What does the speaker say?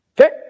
Okay